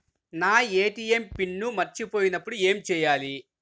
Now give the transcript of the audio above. నా ATM PIN మరచిపోయినప్పుడు ఏమి చేయాలి?